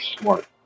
smart